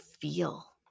feel